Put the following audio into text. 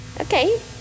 Okay